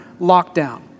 lockdown